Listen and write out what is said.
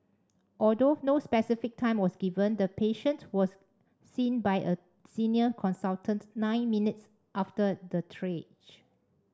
although no specific time was given the patient was seen by a senior consultant nine minutes after the triage